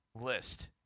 list